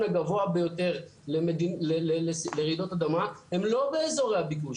הגבוה ביותר לרעידות אדמה הן לא באזורי הביקוש.